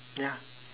ya